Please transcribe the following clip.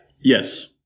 Yes